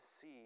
see